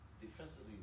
defensively